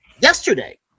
yesterday